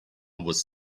was